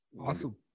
awesome